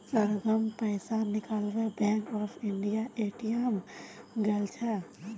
सरगम पैसा निकलवा बैंक ऑफ इंडियार ए.टी.एम गेल छ